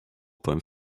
time